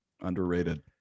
Underrated